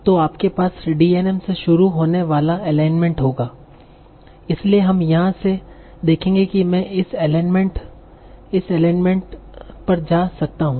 तो आपके पास D n m से शुरू होने वाला अलाइनमेंट होगा इसलिए हम यहां से देखेंगे कि मैं इस एलीमेंट इस एलीमेंट इस एलीमेंट पर जा सकता हूं